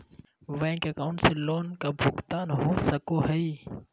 Bank account से loan का भुगतान हो सको हई?